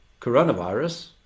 coronavirus